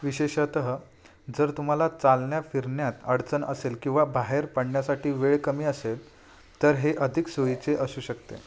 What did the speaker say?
विशेषतः जर तुम्हाला चालण्याफिरण्यात अडचण असेल किंवा बाहेर पडण्यासाठी वेळ कमी असेल तर हे अधिक सोयीचे असू शकते